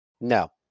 No